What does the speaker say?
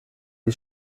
die